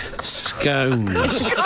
scones